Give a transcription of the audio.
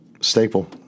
staple